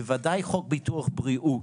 בוודאי חוק ביטוח בריאות.